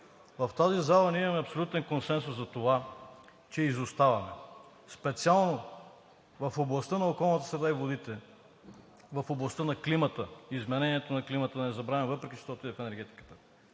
в тази зала ние имаме абсолютен консенсус за това, че изоставаме специално в областта на околната среда и водите, в областта на изменението на климата – да не забравяме, въпреки че отиде в енергетиката,